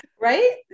Right